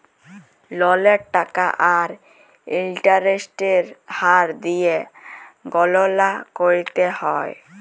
ললের টাকা আর ইলটারেস্টের হার দিঁয়ে গললা ক্যরতে হ্যয়